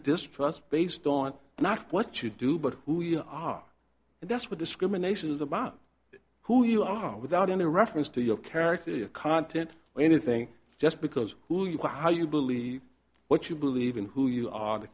distrust based on not what you do but who you are and that's what discrimination is about who you are without any reference to your character content or anything just because who you how you believe what you believe in who you are the